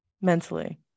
mentally